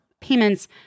payments